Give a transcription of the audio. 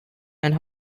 and